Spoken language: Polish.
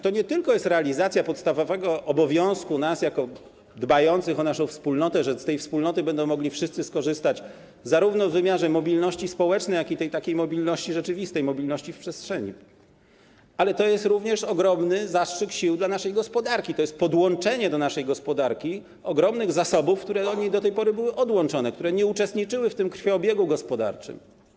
To nie tylko jest realizacja podstawowego obowiązku nas jako dbających o naszą wspólnotę, że wszyscy z tej wspólnoty będą mogli z tego skorzystać, w wymiarze zarówno mobilności społecznej, jak i tej takiej mobilności rzeczywistej, mobilności w przestrzeni, ale to jest również ogromny zastrzyk sił dla naszej gospodarki, to jest podłączenie do naszej gospodarki ogromnych zasobów, które do tej pory były od niej odłączone, które nie uczestniczyły w tym krwiobiegu gospodarczym.